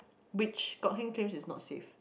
which got hand carry is not safe